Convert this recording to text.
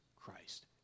Christ